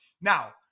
Now